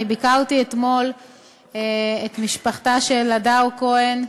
אני ביקרתי אתמול את משפחתה של הדר כהן,